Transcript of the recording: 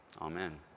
Amen